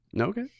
okay